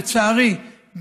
לצערי,